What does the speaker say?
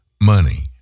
money